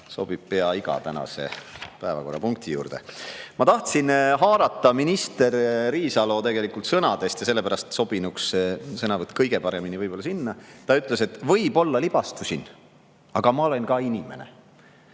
sobib pea iga tänase päevakorrapunkti juurde. Ma tahtsin tegelikult haarata minister Riisalo sõnadest ja sellepärast sobinuks see sõnavõtt kõige paremini võib-olla sinna. Ta ütles, et võib-olla ma libastusin, aga ma olen ka inimene.